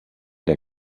der